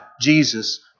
Jesus